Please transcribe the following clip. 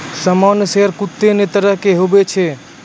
सामान्य शेयर कत्ते ने तरह के हुवै छै